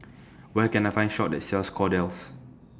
Where Can I Find A Shop that sells Kordel's